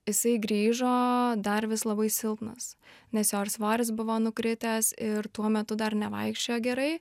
jisai grįžo dar vis labai silpnas nes jo ir svoris buvo nukritęs ir tuo metu dar nevaikščiojo gerai